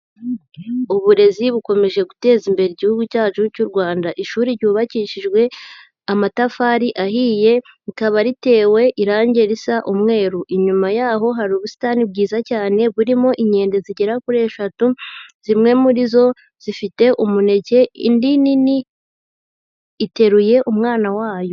Uburezi bukomeje guteza imbere igihugu cyacu cy'u Rwanda, ishuri ryubakishijwe amatafari ahiye, rikaba ritewe irangi risa umweru. Inyuma yaho hari ubusitani bwiza cyane burimo inkende zigera kuri eshatu, zimwe muri zo zifite umuneke, indi nini iteruye umwana wayo.